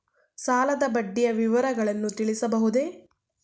ಸಾಲದ ಬಡ್ಡಿಯ ವಿವರಗಳನ್ನು ತಿಳಿಯಬಹುದೇ?